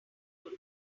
good